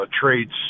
traits